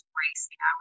racing